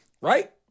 right